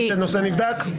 אפשר להגיד שהנושא נבדק?